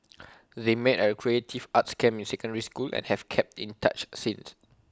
they met at A creative arts camp in secondary school and have kept in touch since